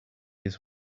his